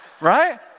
Right